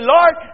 Lord